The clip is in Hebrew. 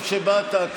טוב שבאת,